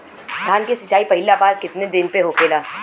धान के सिचाई पहिला बार कितना दिन पे होखेला?